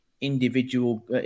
individual